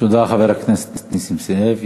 תודה, חבר הכנסת נסים זאב.